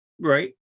Right